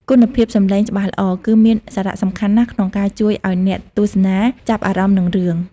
គុណភាពសំឡេងច្បាស់ល្អ គឺមានសារៈសំខាន់ណាស់ក្នុងការជួយឲ្យអ្នកទស្សនាចាប់អារម្មណ៍នឹងរឿង។